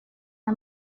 aya